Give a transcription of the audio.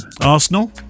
Arsenal